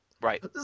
right